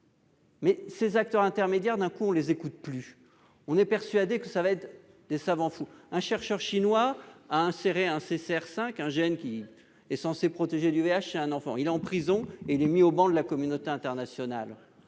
Ces acteurs intermédiaires, soudain, on ne les écoute plus. On est persuadé qu'ils vont se transformer en savants fous. Un chercheur chinois a inséré un CCR5, un gène qui est censé protéger du VIH, chez un enfant. Il est en prison et mis au ban de la communauté internationale.